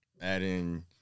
Adding –